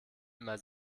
immer